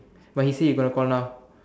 but he say better call now